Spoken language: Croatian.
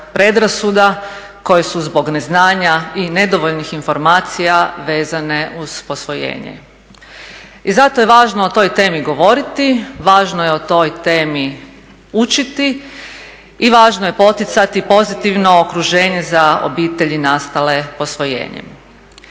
predrasuda koje su zbog neznanja i nedovoljnih informacija vezane uz posvojenje. I zato je važno o toj temi govoriti, važno je o toj temi učiti i važno je poticati pozitivno okruženje za obitelji nastale posvojenjem.